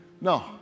No